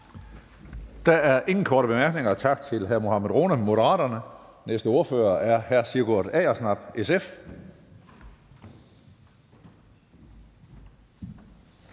Der er ingen korte bemærkninger, så tak til hr. Mohammad Rona, Moderaterne. Den næste ordfører er hr. Sigurd Agersnap, SF.